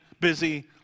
busy